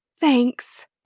Thanks